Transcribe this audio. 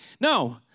No